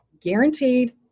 Guaranteed